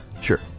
Sure